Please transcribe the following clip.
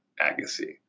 Agassi